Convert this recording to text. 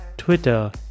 Twitter